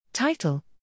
Title